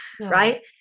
right